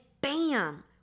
bam